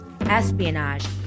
espionage